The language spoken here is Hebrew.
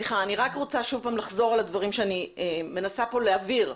אני רוצה לחזור שוב על הדברים שאני מנסה להבהיר.